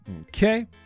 Okay